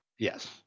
yes